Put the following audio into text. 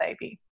baby